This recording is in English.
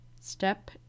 step